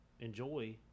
enjoy